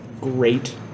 great